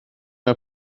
mae